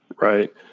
right